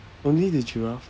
only the giraffe